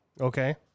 Okay